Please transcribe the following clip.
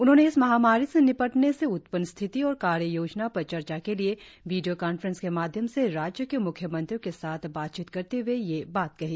उन्होंने इस महामारी से निपटने से उत्पन्न स्थिति और कार्य योजना पर चर्चा के लिए वीडियो कांफ्रेंस के माध्यम से राज्य के मुख्यमंत्रियों के साथ बातचीत करते हए ये बात कही